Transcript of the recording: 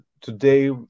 today